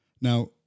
Now